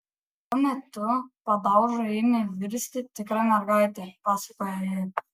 tuo metu padauža ėmė virsti tikra mergaite pasakoja ji